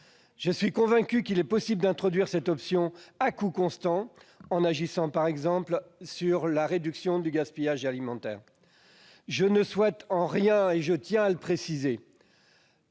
Je suis convaincu qu'il est possible d'introduire cette option à coût constant, en agissant par exemple sur la réduction du gaspillage alimentaire. Je précise que je ne souhaite